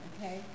Okay